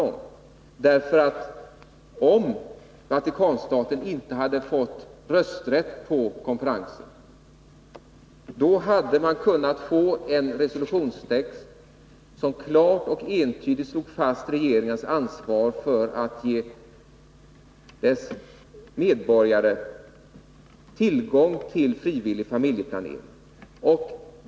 Om Vatikanstaten inte hade fått rösträtt på konferensen, hade vi kunnat få en resolutionstext som klart och entydigt slog fast en regerings ansvar för att ge sina medborgare tillgång till frivillig familjeplanering.